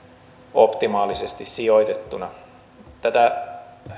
optimaalisesti sijoitettuna tätä